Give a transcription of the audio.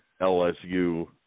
LSU